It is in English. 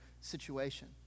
situation